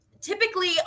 Typically